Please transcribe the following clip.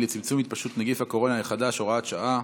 לצמצום התפשטות נגיף הקורונה החדש (הוראת שעה),